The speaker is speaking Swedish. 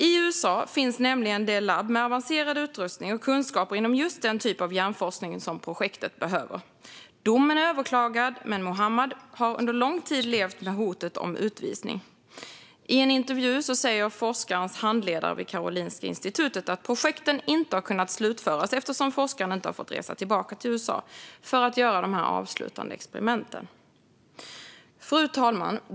I USA finns nämligen det labb med avancerad utrustning och kunskaper inom just den typ av hjärnforskning som projektet behöver. Domen är överklagad, men Muhammad har under lång tid levt med hotet om utvisning. I en intervju säger forskarens handledare vid Karolinska Institutet att projektet inte har kunnat slutföras eftersom forskaren inte har fått resa tillbaka till USA för att göra de avslutande experimenten. Fru talman!